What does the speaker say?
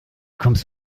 kommst